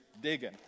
digging